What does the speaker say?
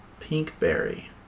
Pinkberry